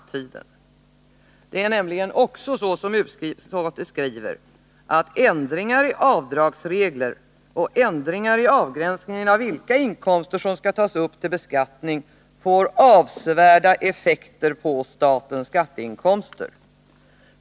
Det är nämligen också så som utskottet skriver: ”Ändringar i avdragsregler och ändringar i avgränsningen av vilka inkomster som skall tas upp till beskattning får avsevärda effekter på skatteinkomsterna.